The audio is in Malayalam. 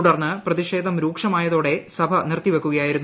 തുടർന്ന് പ്രതിഷേധം രൂക്ഷ്മിായതോടെ സഭ നിർത്തി വയ്ക്കുക ആയിരുന്നു